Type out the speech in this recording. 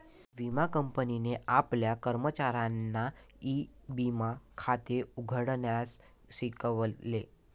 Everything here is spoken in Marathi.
विमा कंपनीने आपल्या कर्मचाऱ्यांना ई विमा खाते उघडण्यास शिकवले